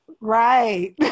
Right